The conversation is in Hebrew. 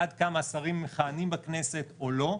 עד כמה השרים מכהנים בכנסת או לא,